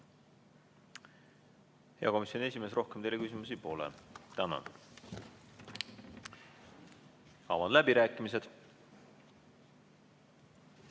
Hea komisjoni esimees, rohkem teile küsimusi pole. Tänan! Avan läbirääkimised.